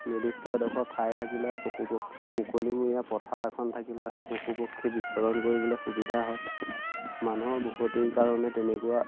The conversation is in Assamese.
নিৰ্দিষ্ট এডোখৰ ঠাই থাকিলে পশু পক্ষী মুকলিমূৰীয়া পথাৰ এখন থাকিলে পশু পক্ষী বিচৰণ কৰিবলৈ সুবিধা হয় মানুহৰ বসতিৰ কাৰণে তেনেকুৱা